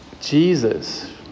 jesus